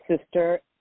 sister